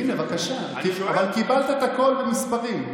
הינה, בבקשה, אבל קיבלת את הכול במספרים.